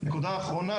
נקודה אחרונה,